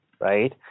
right